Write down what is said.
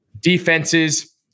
defenses